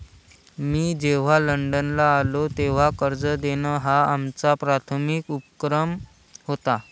मी जेव्हा लंडनला आलो, तेव्हा कर्ज देणं हा आमचा प्राथमिक उपक्रम होता